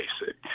basic